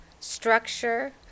structure